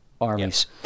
armies